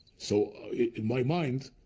so in my mind,